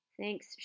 Thanks